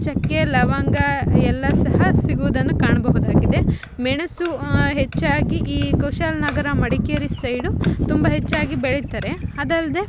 ಚಕ್ಕೆ ಲವಂಗ ಎಲ್ಲ ಸಹ ಸಿಗುವುದನ್ನು ಕಾಣಬಹುದಾಗಿದೆ ಮೆಣಸು ಹೆಚ್ಚಾಗಿ ಈ ಕುಶಾಲನಗರ ಮಡಿಕೇರಿ ಸೈಡು ತುಂಬ ಹೆಚ್ಚಾಗಿ ಬೆಳೀತಾರೆ ಅದಲ್ಲದೆ